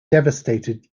devastated